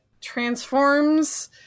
transforms